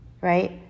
right